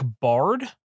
bard